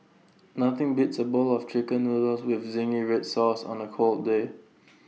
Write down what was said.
nothing beats A bowl of Chicken Noodles with Zingy Red Sauce on A cold day